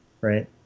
right